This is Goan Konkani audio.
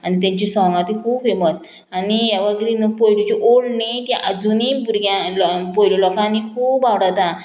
आनी तेंची सोंगां ती खूब फेमस आनी येवरग्रीन पयल्यच्यो ओल्ड न्ही ती आजुनूय भुरग्यां पोयलू लोकां न्ही खूब आवडता